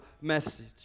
message